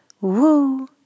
Woo